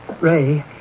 ray